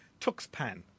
Tuxpan